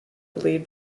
believed